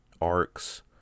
arcs